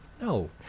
no